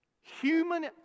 human